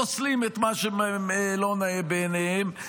פוסלים את מה שלא נאה בעיניהם,